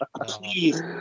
please